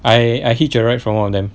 I I hitch a ride from one of them